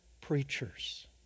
preachers